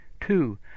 Two